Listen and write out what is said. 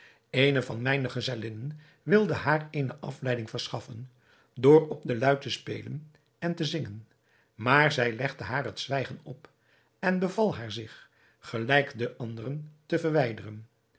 eene van mijne gezellinnen wilde haar eene afleiding verschaffen door op de luit te spelen en te zingen maar zij legde haar het zwijgen op en beval haar zich gelijk de anderen te verwijderen